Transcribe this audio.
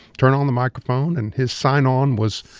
turn on the microphone, and his sign-on was.